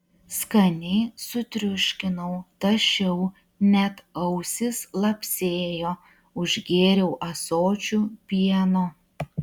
skaniai sutriuškinau tašiau net ausys lapsėjo užgėriau ąsočiu pieno